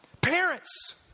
Parents